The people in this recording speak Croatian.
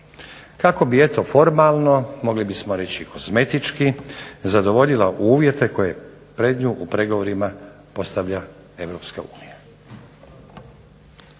Kako bi eto formalno, mogli bismo reći i kozmetički, zadovoljila uvjete koje pred nju u pregovorima postavlja EU. Pri